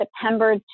September